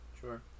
Sure